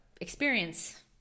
experience